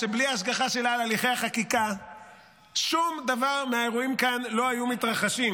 שבלי ההשגחה שלה על הליכי החקיקה שום דבר מהאירועים כאן לא היה מתרחש.